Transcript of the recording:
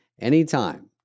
anytime